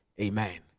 Amen